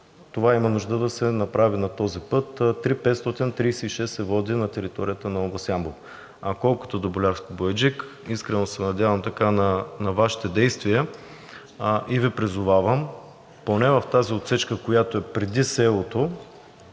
Това има нужда да се направи на този път – III-536, на територията на област Ямбол. А колкото до Болярско – Бояджик, искрено се надявам на Вашите действия и Ви призовавам поне в тази отсечка, която е преди селото